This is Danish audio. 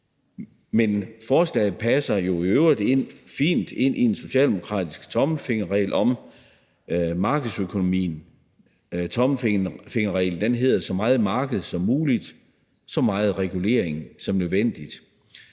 med. Forslaget passer jo i øvrigt fint ind i en socialdemokratisk tommelfingerregel om markedsøkonomien, og tommelfingerreglen hedder: så meget marked som muligt og så meget regulering som nødvendigt.